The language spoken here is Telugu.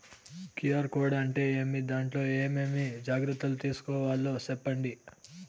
క్యు.ఆర్ కోడ్ అంటే ఏమి? దాంట్లో ఏ ఏమేమి జాగ్రత్తలు తీసుకోవాలో సెప్పండి?